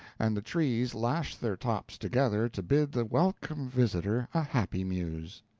and the trees lash their tops together to bid the welcome visitor a happy muse.